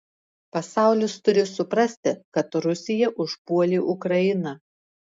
pasaulis turi suprasti kad rusija užpuolė ukrainą